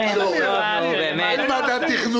אז אני רוצה קודם להצביע עליהן.